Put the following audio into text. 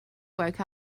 woke